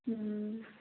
ꯎꯝ